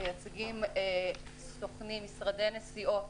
מייצגים סוכנים, משרדי נסיעות,